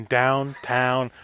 downtown